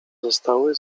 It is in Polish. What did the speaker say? zostały